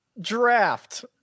draft